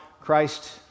Christ